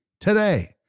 today